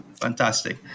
Fantastic